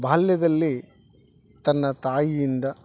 ಬಾಲ್ಯದಲ್ಲಿ ತನ್ನ ತಾಯಿಯಿಂದ